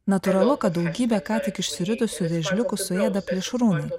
natūralu kad daugybę ką tik išsiritusių vėžliukų suėda plėšrūnai